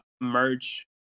merch